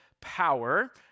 power